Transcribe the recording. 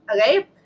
Okay